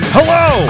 Hello